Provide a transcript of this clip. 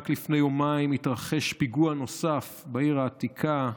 רק לפני יומיים התרחש פיגוע נוסף בעיר העתיקה,